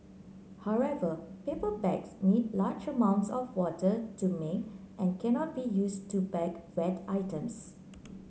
however paper bags need large amounts of water to make and cannot be used to bag wet items